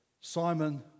Simon